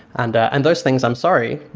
and and those things i'm sorry,